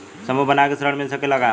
समूह बना के ऋण मिल सकेला का?